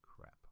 Crap